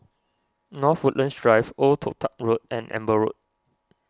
North Woodlands Drive Old Toh Tuck Road and Amber Road